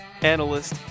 analyst